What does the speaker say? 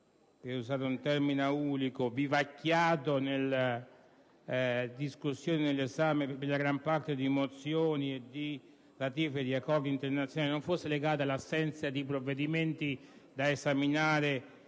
mesi il Senato abbia, vivacchiato nella discussione per la gran parte di mozioni e di ratifiche di accordi internazionali non fosse legato all'assenza di provvedimenti da esaminare